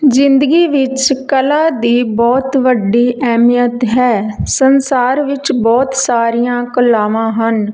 ਜ਼ਿੰਦਗੀ ਵਿੱਚ ਕਲਾ ਦੀ ਬਹੁਤ ਵੱਡੀ ਅਹਿਮੀਅਤ ਹੈ ਸੰਸਾਰ ਵਿੱਚ ਬਹੁਤ ਸਾਰੀਆਂ ਕਲਾਵਾਂ ਹਨ